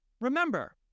remember